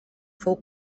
fou